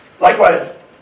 Likewise